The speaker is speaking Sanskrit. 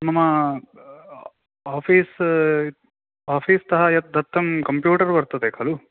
मम आफ़ीस् आफ़ीस् तः यत् दत्तं कम्प्यूटर् वर्तते खलु